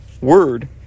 word